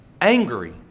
angry